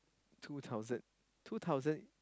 two thousand two thousand